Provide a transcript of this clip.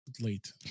late